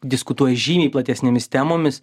diskutuoju žymiai platesnėmis temomis